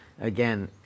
again